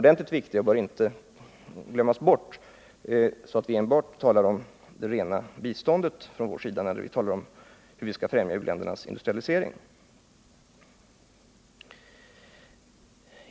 Detta bör därför inte glömmas bort, så att vi enbart talar om ekonomiskt bistånd från vår sida när vi överväger hur vi skall kunna främja u-ländernas industrialisering.